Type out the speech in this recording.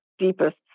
deepest